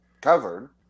covered